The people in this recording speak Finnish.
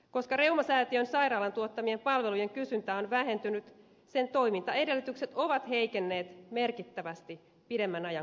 koska reumasäätiön sairaalan tuottamien palveluiden kysyntä on vähentynyt sen toimintaedellytykset ovat heikenneet merkittävästi pidemmän ajan kuluessa